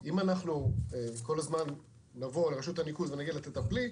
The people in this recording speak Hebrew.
אם אנחנו כל הזמן נבוא לרשות הניקוז ונגיד לה: תטפלי,